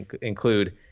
include